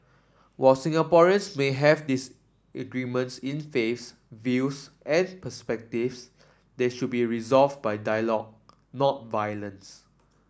while Singaporeans may have disagreements in faiths views and perspectives they should be resolved by dialogue not violence